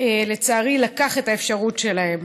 לצערי לקח את האפשרות שלהם.